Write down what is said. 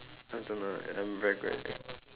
I don't know I'm very glad